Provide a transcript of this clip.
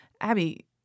Abby